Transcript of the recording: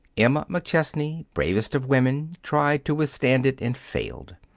emma mcchesney, bravest of women, tried to withstand it, and failed.